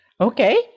Okay